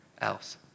else